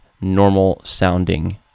normal-sounding